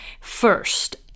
first